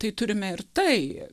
tai turime ir tai